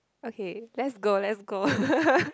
okay let's go let's go